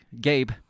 Gabe